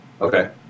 Okay